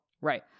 Right